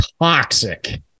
toxic